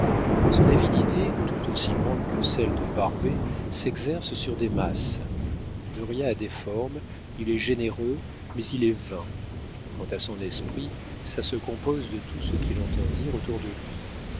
son avidité tout aussi grande que celle de barbet s'exerce sur des masses dauriat a des formes il est généreux mais il est vain quant à son esprit ça se compose de tout ce qu'il entend dire autour de lui